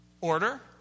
order